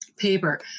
Paper